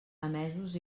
emesos